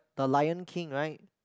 the Lion-King right